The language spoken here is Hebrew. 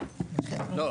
לא.